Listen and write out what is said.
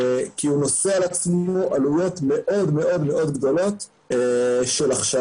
שאם נסתכל עשר שנים קדימה תהיה לנו בעיה קשה מאוד בדור צעיר של חקלאים.